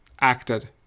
acted